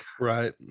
right